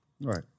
Right